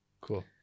Cool